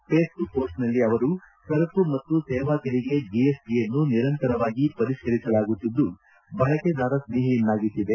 Facebook ಮೋಸ್ಟ್ನಲ್ಲಿ ಅವರು ಸರಕು ಮತ್ತು ಸೇವಾ ತೆರಿಗೆ ಜಿಎಸ್ಟಿಯನ್ನು ನಿರಂತವಾಗಿ ಪರಿಷ್ಠರಿಸಲಾಗುತ್ತಿದ್ದು ಬಳಕೆದಾರ ಸ್ನೇಹಿಯನ್ನಾಗಿಸಿದೆ